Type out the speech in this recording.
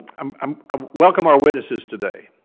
um um um welcome our witnesses today.